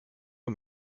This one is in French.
aux